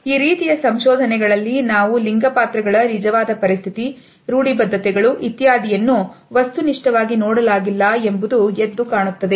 ಈ ರೀತಿಯ ಸಂಶೋಧನೆಗಳಲ್ಲಿ ನಾವು ಲಿಂಗ ಪಾತ್ರಗಳ ನಿಜವಾದ ಪರಿಸ್ಥಿತಿ ರೂಡಿ ಬದ್ಧತೆಗಳು ಇತ್ಯಾದಿಯನ್ನು ವಸ್ತುನಿಷ್ಠವಾಗಿ ನೋಡಲಾಗಿಲ್ಲ ಎಂಬುದು ಎದ್ದು ಕಾಣುತ್ತದೆ